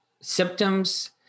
symptoms